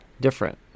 different